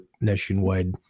nationwide